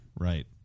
Right